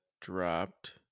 dropped